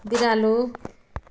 बिरालो